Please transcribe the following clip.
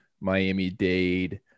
Miami-Dade